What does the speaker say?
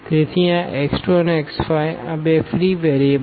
તેથી આ x2 અને x5 આ બે ફ્રી વેરિયેબલ્સ છે